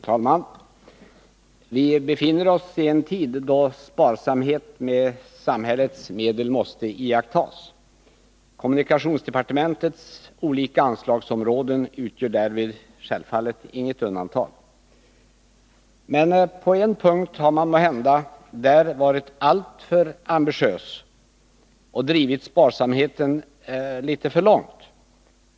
Fru talman! Vi befinner oss i en tid då sparsamhet med samhällets medel måste iakttas. Kommunikationsdepartementets olika anslagsområden utgör därvid självfallet inget undantag. Men på en punkt har man där måhända varit alltför ambitiös och drivit sparsamheten litet för långt.